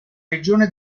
regione